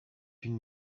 une